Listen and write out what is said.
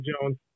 Jones